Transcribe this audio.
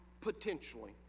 potentially